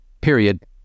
Period